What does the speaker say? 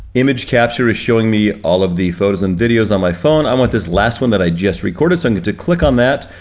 image capture is showing me all of the photos and videos on my phone. i want this last one that i just recorded. so i'm going to click on that,